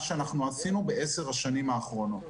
שאנחנו עשינו ב-10 השנים האחרונות.